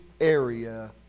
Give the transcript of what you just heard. area